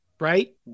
Right